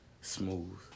Smooth